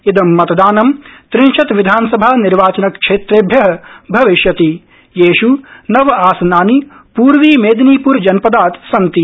इदं मतदानं त्रिंशत् विधानसभा निर्वाचनक्षेत्रेभ्य भविष्यति येष् नव आसनानि पूर्वी मेदिनीपुर जनपदात् सन्ति